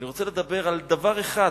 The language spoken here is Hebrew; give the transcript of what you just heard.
אני רוצה לדבר על דבר אחד